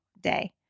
day